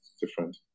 different